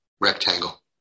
rectangle